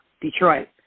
Detroit